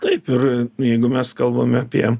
taip ir jeigu mes kalbame apie